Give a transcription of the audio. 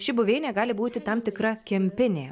ši buveinė gali būti tam tikra kempinė ir